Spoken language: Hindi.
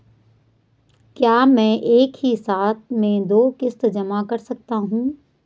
क्या मैं एक ही साथ में दो किश्त जमा कर सकता हूँ?